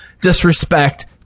disrespect